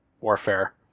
Warfare